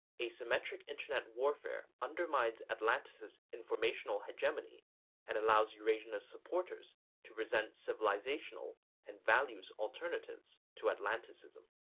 asymmetric internet warfare undermines atlanticist informational hegemony and allows eurasianist supporters to present civilizational and values alternatives to atlanticism.